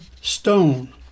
stone